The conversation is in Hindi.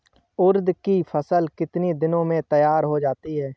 उड़द की फसल कितनी दिनों में तैयार हो जाती है?